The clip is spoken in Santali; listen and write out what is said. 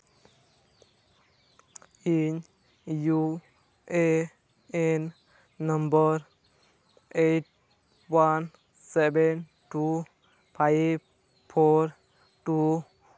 ᱤᱧ ᱤᱭᱩ ᱮ ᱮᱱ number eight one seven two five four two